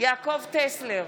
יעקב טסלר,